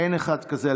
אין אחד כזה.